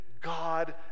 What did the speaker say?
God